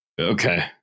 Okay